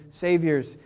saviors